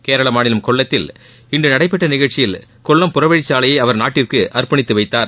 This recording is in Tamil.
கேரள மாநிலம் கொல்லத்தில் இன்று நடைபெற்ற நிகழ்ச்சியில் கொல்லம் டறவழி சாலையை அவர் நாட்டிற்கு அரப்பணித்து வைத்தார்